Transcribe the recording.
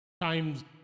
times